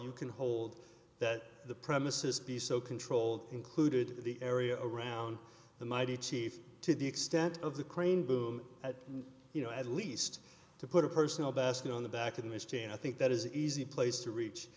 you can hold that the premises be so controlled included the area around the mighty chief to the extent of the crane boom you know at least to put a personal best on the back of machine i think that is easy place to reach